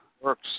works